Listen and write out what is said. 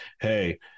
hey